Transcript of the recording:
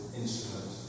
instrument